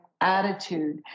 attitude